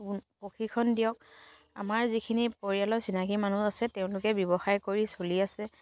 প্ৰশিক্ষণ দিয়ক আমাৰ যিখিনি পৰিয়ালৰ চিনাকি মানুহ আছে তেওঁলোকে ব্যৱসায় কৰি চলি আছে